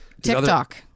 TikTok